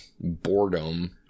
boredom